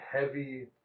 heavy